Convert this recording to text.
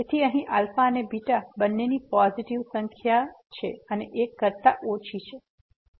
તેથી અહીં અને β બંનેની પોઝીટીવ સંખ્યા છે અને ૧ કરતા ઓછી છે